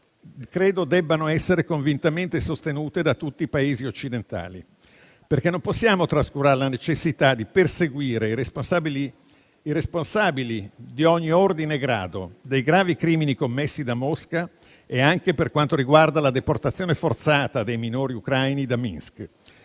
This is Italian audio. credo debbano essere convintamente sostenute da tutti i Paesi occidentali, perché non possiamo trascurare la necessità di perseguire i responsabili, di ogni ordine e grado, dei gravi crimini commessi da Mosca e anche per quanto riguarda la deportazione forzata dei minori ucraini da Minsk.